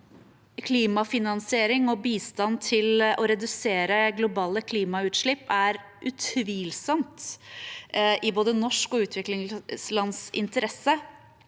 Klimafinansiering og bistand til å redusere globale klimautslipp er utvilsomt i både Norges og utviklingslands interesse,